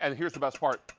and here's the best part.